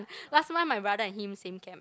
last time my brother and him same camp